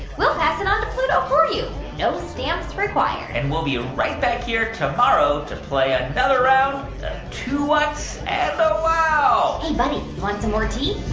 we'll pass it on to pluto for you, no stamps required and we'll be right back here tomorrow to play another round of two whats? and a wow! hey, buddy, you want some more tea?